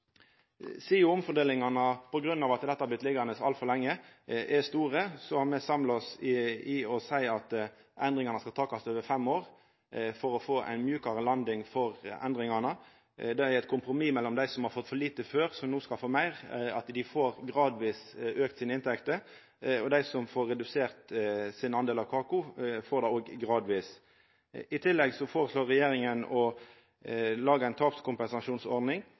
omfordelingane på grunn av at dette har vorte liggande altfor lenge, er store, har me samla oss om å seia at endringane skal takast over fem år for å få ei mjukare landing for endringane. Det er eit kompromiss slik at dei som har fått for lite før, som no skal få meir, gradvis får auka sine inntekter, og for dei som får redusert sin del av kaka, skjer det òg gradvis. I tillegg foreslår regjeringa å laga ei tapskompensasjonsordning.